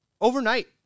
overnight